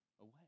away